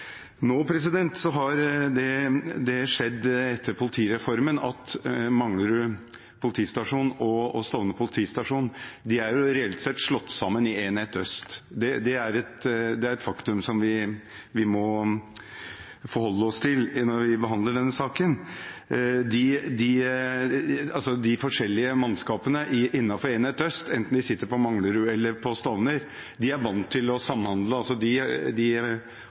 Nå etter politireformen er Manglerud politistasjon og Stovner politistasjon reelt sett slått sammen i Enhet øst. Det er et faktum vi må forholde oss til når vi behandler denne saken. De forskjellige mannskapene innenfor Enhet øst, enten de sitter på Manglerud eller på Stovner, er vant til å samhandle. De bygger opp patruljetjenester sammen, de